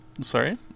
Sorry